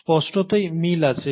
স্পষ্টতই মিল আছে